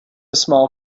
small